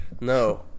No